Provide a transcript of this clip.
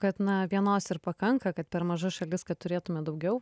kad na vienos ir pakanka kad per maža šalis kad turėtume daugiau